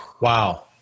Wow